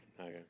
Okay